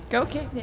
ah okay,